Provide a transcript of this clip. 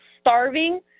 starving